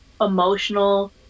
emotional